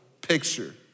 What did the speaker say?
picture